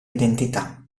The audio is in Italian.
identità